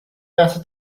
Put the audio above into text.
better